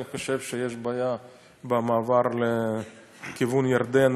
אני חושב שיש בעיה במעבר לכיוון ירדן,